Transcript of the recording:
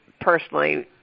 personally